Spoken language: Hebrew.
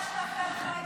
יש לה fair fight.